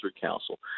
Council